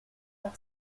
par